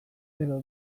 edo